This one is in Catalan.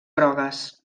grogues